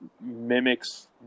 mimics